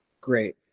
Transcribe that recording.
Great